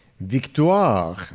Victoire